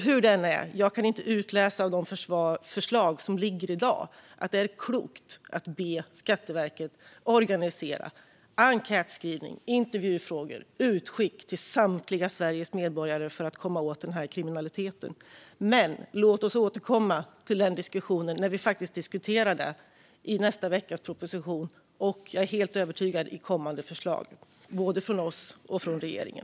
Hur det än är kan jag inte utläsa ur de förslag som finns i dag att det är klokt att be Skatteverket organisera enkätskrivning, intervjufrågor och utskick till samtliga Sveriges medborgare för att komma åt den här kriminaliteten. Men låt oss återkomma till den diskussionen när vi faktiskt diskuterar detta i samband med propositionen nästa vecka och - det är jag helt övertygad om - kommande förslag från både oss och regeringen.